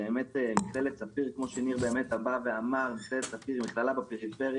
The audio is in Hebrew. כמו שניר אמר, מכללת ספיר היא מכללה בפריפריה,